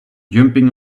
jumping